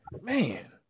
man